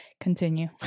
continue